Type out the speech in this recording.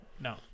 no